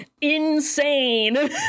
Insane